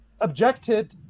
objected